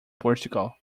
portugal